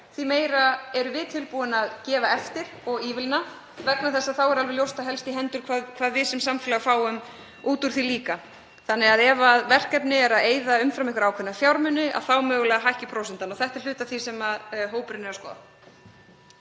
því meira erum við tilbúin að gefa eftir og ívilna vegna þess að þá er alveg ljóst að það helst í hendur hvað við sem samfélag fáum út úr því líka þannig að ef verkefni eyðir umfram ákveðna fjármuni þá hækki mögulega prósentan. Þetta er hluti af því sem hópurinn er að skoða.